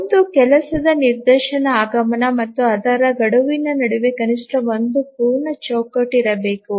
ಒಂದು ಕೆಲಸದ ನಿದರ್ಶನ ಆಗಮನ ಮತ್ತು ಅದರ ಗಡುವಿನ ನಡುವೆ ಕನಿಷ್ಠ ಒಂದು ಪೂರ್ಣ ಚೌಕಟ್ಟು ಇರಬೇಕು